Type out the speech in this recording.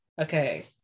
okay